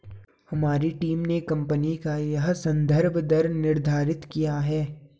हमारी टीम ने कंपनी का यह संदर्भ दर निर्धारित किया है